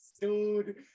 dude